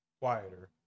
quieter